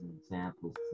examples